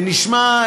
נשמע,